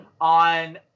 On